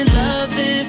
loving